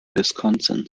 wisconsin